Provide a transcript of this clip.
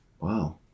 Wow